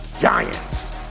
Giants